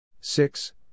six